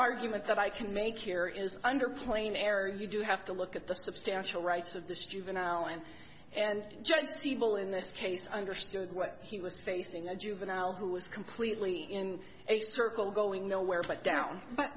argument that i can make here is under plain error you do have to look at the substantial rights of this juvenile and and judge people in this case i understood what he was facing a juvenile who was completely in a circle going nowhere but down but